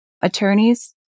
attorneys